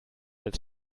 als